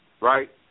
right